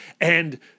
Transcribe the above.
And-